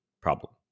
problem